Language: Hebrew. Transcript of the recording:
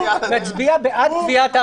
מצביע בעד קביעת העבירה,